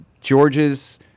George's